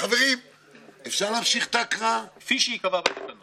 שכאמור לא נהוגה בממשלת ישראל כמעט באף פרויקט אחר,